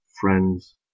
friends